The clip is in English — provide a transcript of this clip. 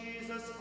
Jesus